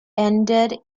ended